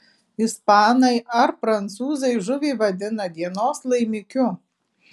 ispanai ar prancūzai žuvį vadina dienos laimikiu